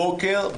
בוקר,